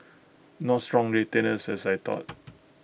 not strong retainers as I thought